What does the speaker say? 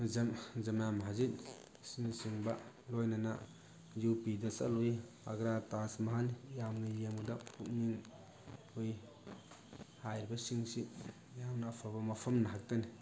ꯖꯃꯥ ꯃꯍꯥꯖꯤꯗ ꯑꯁꯤꯅꯆꯤꯡꯕ ꯂꯣꯏꯅꯅ ꯏꯌꯨ ꯄꯤꯗ ꯆꯠꯂꯨꯏ ꯑꯒ꯭ꯔꯥ ꯇꯥꯖ ꯃꯍꯜ ꯌꯥꯝꯅ ꯌꯦꯡꯕꯗ ꯄꯨꯛꯅꯤꯡ ꯍꯨꯏ ꯍꯥꯏꯔꯤꯕꯁꯤꯡꯁꯤ ꯌꯥꯝꯅ ꯑꯐꯕ ꯃꯐꯝ ꯉꯥꯛꯇꯅꯤ